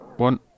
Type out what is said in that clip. One